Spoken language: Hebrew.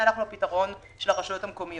והלכנו על זה של הרשויות המקומיות.